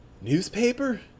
Newspaper